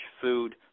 food